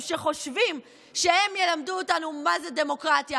שחושבים שהם ילמדו אותנו מה זה דמוקרטיה,